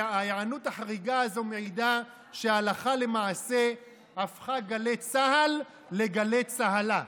ההיענות החריגה הזאת מעידה שהלכה למעשה הפכה גלי צה"ל לגלי צהל"ה,